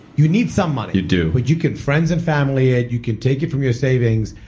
you need some money you do but you can friends and family it. you can take it from your savings,